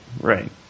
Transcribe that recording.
right